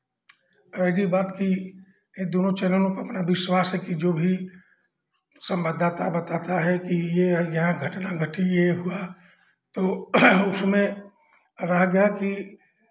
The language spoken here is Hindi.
आएगी बात कि इन दोनो चैनलों पर अपना विश्वास है कि जो भी संवाददाता बताता है कि ये यहाँ घटना घटी ये हुआ तो उसमें रह गया कि